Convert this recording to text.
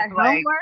homework